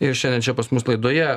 ir šiandien čia pas mus laidoje